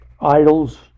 idols